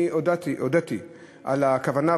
אני הודיתי על הכוונה,